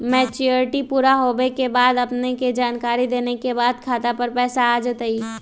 Maturity पुरा होवे के बाद अपने के जानकारी देने के बाद खाता पर पैसा आ जतई?